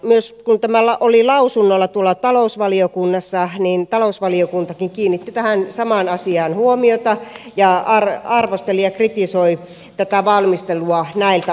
myös kun tämä oli lausunnolla talousvaliokunnassa talousvaliokuntakin kiinnitti tähän samaan asiaan huomiota ja arvosteli ja kritisoi tätä valmistelua näiltä osin